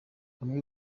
bamwe